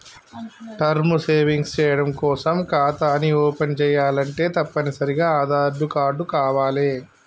term savings చెయ్యడం కోసం ఖాతాని ఓపెన్ చేయాలంటే తప్పనిసరిగా ఆదార్ కార్డు కావాలే